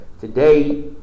Today